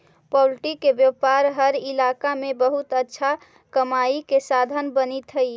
poultry के व्यापार हर इलाका में बहुत अच्छा कमाई के साधन बनित हइ